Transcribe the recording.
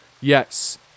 yes